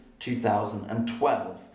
2012